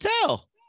tell